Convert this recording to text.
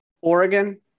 Oregon